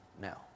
now